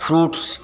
fruits